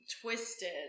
Twisted